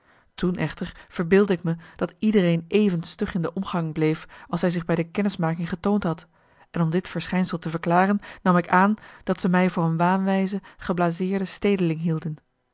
toen echter verbeeldde ik me dat iedereen even stug in de omgang bleef als hij zich bij de kennismaking getoond had en om dit verschijnsel te verklaren nam ik aan dat ze mij voor een waanwijze geblaseerde stedeling hielden